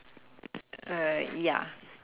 uh ya